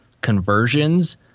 conversions